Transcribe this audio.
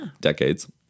decades